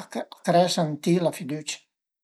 a cres ën ti la fidücia